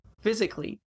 physically